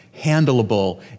handleable